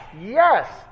yes